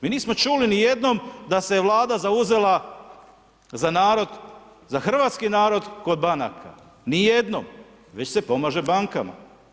Mi nismo čuli ni jednom da se Vlada zauzela za narod, za hrvatski narod kod banaka, ni jednom, već se pomaže bankama.